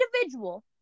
individual